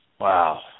Wow